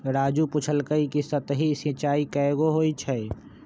राजू पूछलकई कि सतही सिंचाई कैगो होई छई